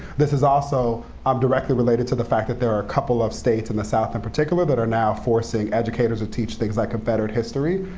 this is also um directly related to the fact that there are a couple of states in the south in particular that are now forcing educators to teach things like confederate history,